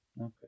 okay